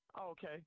Okay